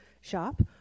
shop